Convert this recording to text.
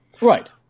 Right